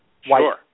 Sure